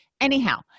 anyhow